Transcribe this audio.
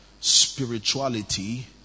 spirituality